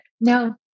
no